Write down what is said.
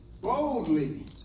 boldly